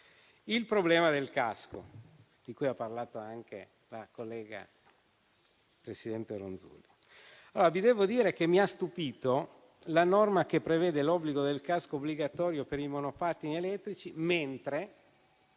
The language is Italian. al problema del casco, di cui ha parlato anche la collega, presidente Ronzulli. Devo dire che mi ha stupito la norma che prevede l'obbligo del casco per i monopattini elettrici, mentre